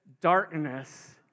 darkness